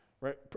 right